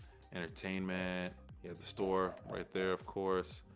entertainment. you have the store right there, of course.